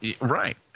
Right